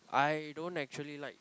I don't actually like